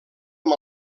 amb